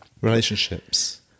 Relationships